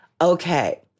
okay